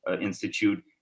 Institute